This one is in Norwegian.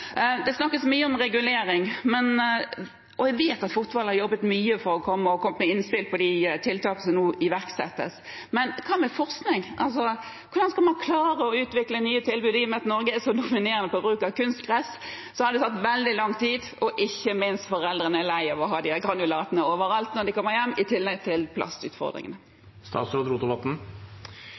Det snakkes mye om regulering, og jeg vet at fotballen har jobbet mye og har kommet med innspill på de tiltakene som nå iverksettes. Men hva med forskning? Hvordan skal man klare å utvikle nye tilbud? I og med at Norge er så dominerende når det gjelder bruk av kunstgress, har det tatt veldig lang tid, og ikke minst foreldrene er lei av å ha disse granulatene overalt når de kommer hjem, i tillegg til